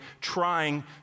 trying